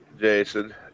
Jason